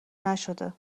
نشده